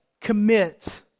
commit